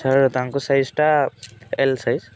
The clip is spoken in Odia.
ସାର୍ ତାଙ୍କ ସାଇଜ ଟା ଏଲ ସାଇଜ